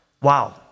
wow